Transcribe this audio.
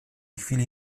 chwili